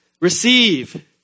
receive